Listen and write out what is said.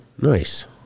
Nice